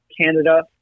Canada